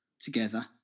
together